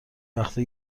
وقتا